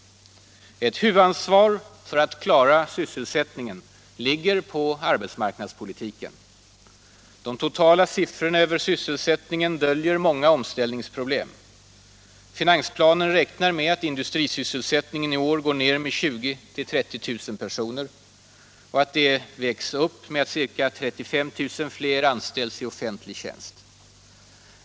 Ett huvudansvar för att klara sysselsättningen ligger på arbetsmarknadspolitiken. De totala siffrorna över sysselsättningen döljer många omställningsproblem. Finansplanen räknar med att industrisysselsättningen i år går ned med 20 000-30 000 personer och att det vägs upp med att ca 35 000 fler anställs i offentlig tjänst.